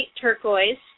turquoise